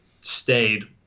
stayed